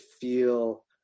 feel